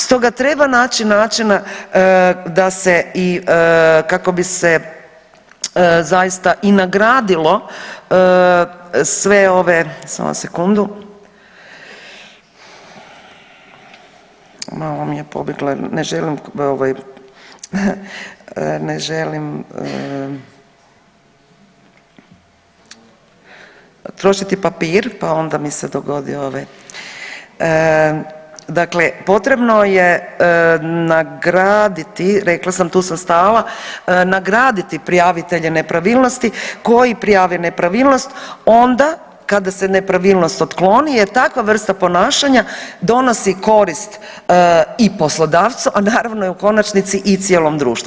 Stoga treba naći način da se i kako bi se zaista i nagradilo sve ove, samo sekundu, malo mi je pobjegla, ne želim trošiti papir pa onda mi se dogodi, dakle potrebno je nagraditi rekla sam tu sam stala, nagraditi prijavitelje nepravilnosti koji prijave nepravilnost onda kada se nepravilnost otkloni jer takva vrsta ponašanja donosi korist i poslodavcu, a naravno i u konačnici i cijelom društvu.